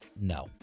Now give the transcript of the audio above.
no